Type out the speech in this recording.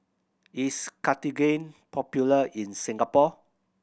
is Cartigain popular in Singapore